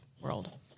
world